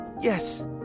Yes